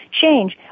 change